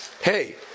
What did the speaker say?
hey